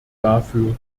dafür